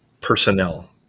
personnel